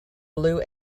blue